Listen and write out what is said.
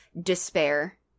despair